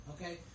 Okay